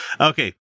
Okay